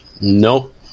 Nope